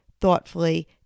thoughtfully